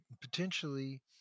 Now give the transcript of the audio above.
Potentially